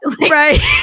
Right